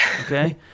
okay